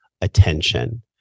attention